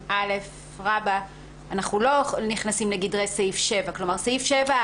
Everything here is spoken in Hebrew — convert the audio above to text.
2א' אנחנו לא נכנסים לגדרי סעיף 7. כלומר סעיף 7,